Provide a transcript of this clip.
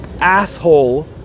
asshole